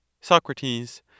Socrates